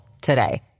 today